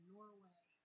Norway